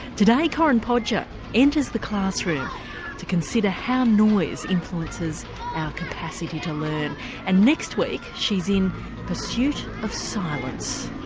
today corinne podger enters the classroom to consider how noise influences our capacity to learn and, next week, she's in pursuit of silence.